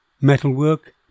metalwork